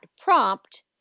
prompt